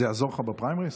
זה יעזור לך בפריימריז?